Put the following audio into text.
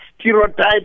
stereotype